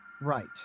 Right